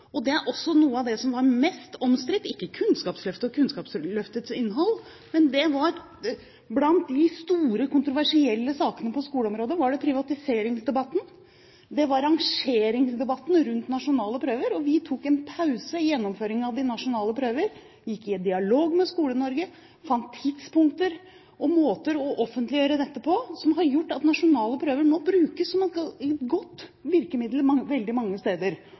utvikling. Det var også noe av det som var mest omstridt, ikke Kunnskapsløftet og Kunnskapsløftets innhold. Blant de store, kontroversielle sakene på skoleområdet var privatiseringsdebatten og rangeringsdebatten rundt nasjonale prøver. Vi tok en pause i gjennomføringen av de nasjonale prøvene. Vi gikk i dialog med Skole-Norge, fant tidspunkter og måter å offentliggjøre dette på som har gjort at nasjonale prøver nå brukes som et godt virkemiddel veldig mange steder.